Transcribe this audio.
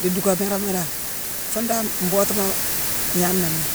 Dii duunkaméréma dan, fuuna dan mbootuma agna nonné.